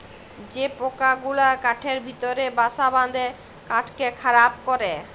যে পকা গুলা কাঠের ভিতরে বাসা বাঁধে কাঠকে খারাপ ক্যরে